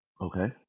Okay